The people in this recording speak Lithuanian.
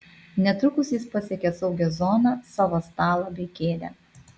netrukus jis pasiekė saugią zoną savo stalą bei kėdę